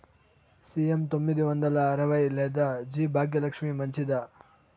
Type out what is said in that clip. CM తొమ్మిది వందల అరవై లేదా జి భాగ్యలక్ష్మి మంచిదా?